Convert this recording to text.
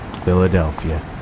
Philadelphia